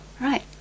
right